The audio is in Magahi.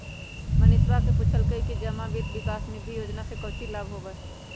मनीषवा ने पूछल कई कि जमा वित्त विकास निधि योजना से काउची लाभ होबा हई?